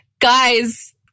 guys